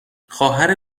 خواهر